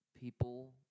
people